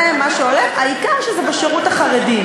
זה מה שעולה, העיקר שזה בשירות החרדים.